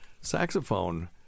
saxophone